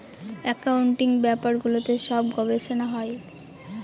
accounting ব্যাপারগুলোতে সব গবেষনা হয়